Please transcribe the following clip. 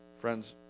Friends